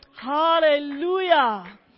Hallelujah